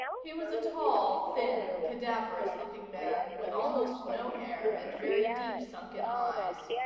he was a tall, thin, cadaverous-looking man with almost no hair and very deep-sunken eyes.